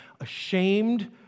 ashamed